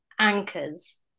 anchors